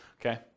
Okay